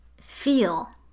feel